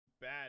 bad